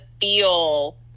feel